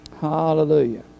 Hallelujah